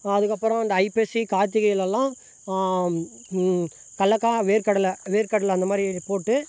அதுக்கப்புறம் இந்த ஐப்பசி கார்த்திகைலெலாம் கடலக்கா வேர்க்கடலை வேர்க்கடலை அந்த மாதிரி போட்டு